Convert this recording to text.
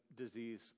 disease